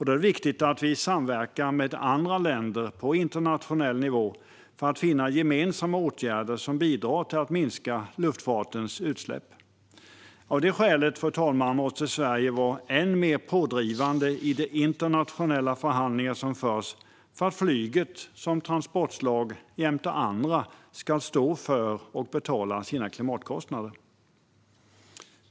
Det är viktigt att vi samverkar med andra länder på internationell nivå för att finna gemensamma åtgärder som bidrar till att minska luftfartens utsläpp. Av detta skäl, fru talman, måste Sverige vara än mer pådrivande i de internationella förhandlingar som förs för att flyget som ett transportslag jämte andra ska stå för och betala sina klimatkostnader.